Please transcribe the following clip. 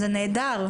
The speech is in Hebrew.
זה נהדר.